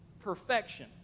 perfection